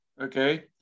okay